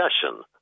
discussion